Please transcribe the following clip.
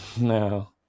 No